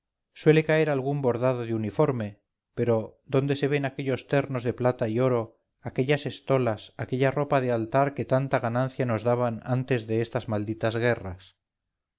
suele caer algún bordado de uniforme pero dónde se ven aquellos ternos de plata y oro aquellas estolas aquella ropa de altar que tanta ganancia nos daban antes de estas malditas guerras